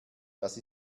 das